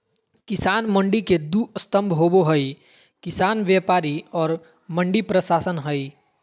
किसान मंडी के दू स्तम्भ होबे हइ किसान व्यापारी और मंडी प्रशासन हइ